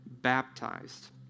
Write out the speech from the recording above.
baptized